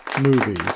movies